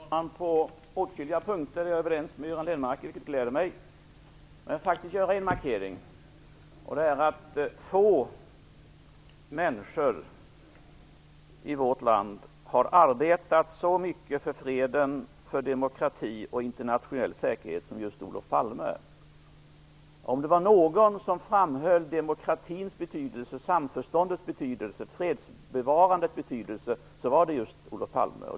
Fru talman! På åtskilliga punkter är Göran Lennmarker och jag överens, och det gläder mig. Jag vill göra en markering, och det är att få människor i vårt land har arbetat så mycket för fred, för demokrati och för internationell säkerhet som just Olof Palme. Om det var någon som framhöll demokratins betydelse, samförståndets betydelse och fredsbevarandets betydelse var det just Olof Palme.